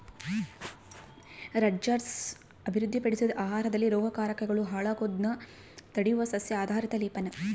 Rutgers ಅಭಿವೃದ್ಧಿಪಡಿಸಿದ ಆಹಾರದಲ್ಲಿ ರೋಗಕಾರಕಗಳು ಹಾಳಾಗೋದ್ನ ತಡೆಯುವ ಸಸ್ಯ ಆಧಾರಿತ ಲೇಪನ